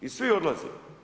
I svi odlaze.